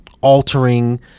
altering